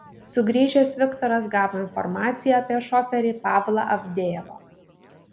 sugrįžęs viktoras gavo informaciją apie šoferį pavlą avdejevą